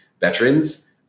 veterans